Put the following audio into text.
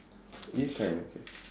if like okay